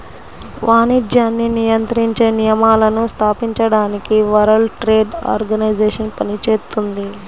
వాణిజ్యాన్ని నియంత్రించే నియమాలను స్థాపించడానికి వరల్డ్ ట్రేడ్ ఆర్గనైజేషన్ పనిచేత్తుంది